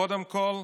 קודם כול,